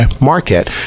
market